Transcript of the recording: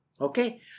Okay